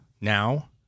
now